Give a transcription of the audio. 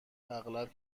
اغلب